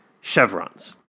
chevrons